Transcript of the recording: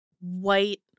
white